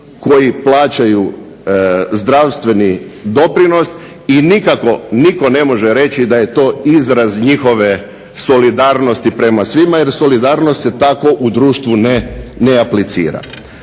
koji plaćaju zdravstveni doprinos i nikako nitko ne može reći da je to izraz njihove solidarnosti prema svima jer solidarnost se tako u društvu ne aplicira.